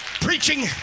Preaching